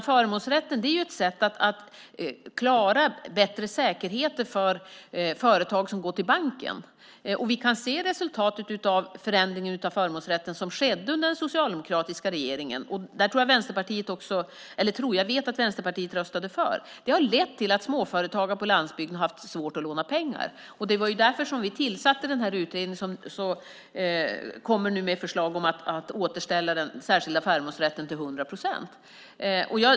Förmånsrätten är ett sätt att klara bättre säkerheter för företag som går till banken. Vi kan se resultatet av förändringen av förmånsrätten som skedde under den socialdemokratiska regeringen och som Vänsterpartiet röstade för. Det har lett till att småföretagare på landsbygden har haft svårt att låna pengar. Det var därför vi tillsatte den utredning som nu kommer med förslag om att återställa den särskilda förmånsrätten till hundra procent.